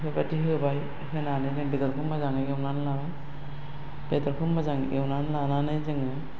बेबायदि होबाय होनानै जोंङो बेदरखौ मोजाङै एवनानै लाबाय बेदरखौ मोजां एवनानै लानानै जोंङो